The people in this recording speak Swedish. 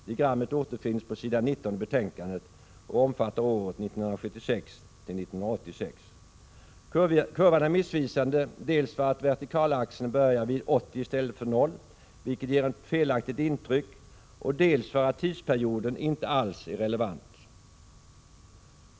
Diagrammet återfinns på s. 19 i betänkandet och omfattar tiden 1976—1986. Kurvan är missvisande dels därför att vertikalaxeln börjar vid 80 i stället för vid 0, vilket ger ett felaktigt intryck, dels för att tidsperioden inte alls är relevant.